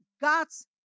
God's